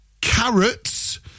carrots